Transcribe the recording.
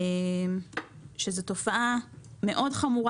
שזו תופעה חמורה מאוד.